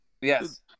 yes